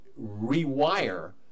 rewire